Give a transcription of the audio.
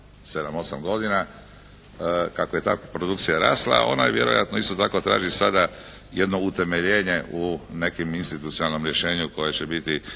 7, 8 godina, kako je ta produkcija rasla ona je vjerojatno, isto tako traži sada jedno utemeljenje u nekim institucionalnom rješenju koje će biti